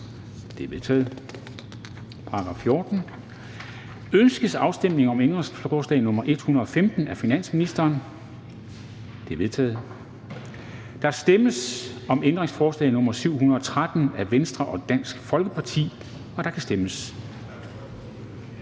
er vedtaget. Ønskes afstemning om ændringsforslag nr. 167-185 af finansministeren? De er vedtaget. Der stemmes om ændringsforslag nr. 714 af V, og der kan stemmes.